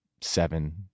seven